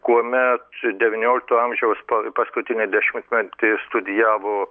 kuomet devyniolikto amžiaus pa paskutinį dešimtmetį studijavo